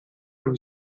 dove